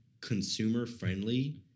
consumer-friendly